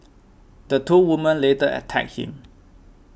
the two women later attacked him